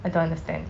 I don't understand